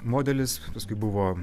modelis paskui buvo